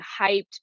hyped